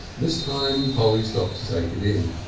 this time polly stopped to take it in.